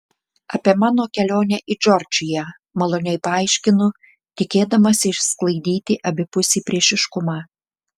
apie mano kelionę į džordžiją maloniai paaiškinu tikėdamasi išsklaidyti abipusį priešiškumą